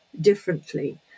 differently